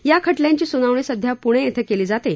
या खटल्यांची सुनावणी सध्या पृणे इथं केली जाते